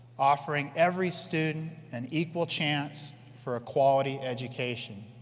offering every student an equal chance for a quality education.